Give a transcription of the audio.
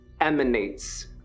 emanates